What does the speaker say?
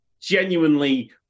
genuinely